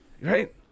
right